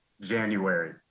January